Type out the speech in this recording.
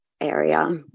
area